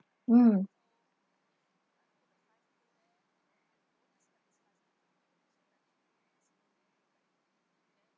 mm